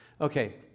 Okay